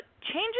changes